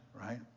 right